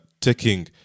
taking